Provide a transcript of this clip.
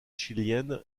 chilienne